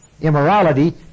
immorality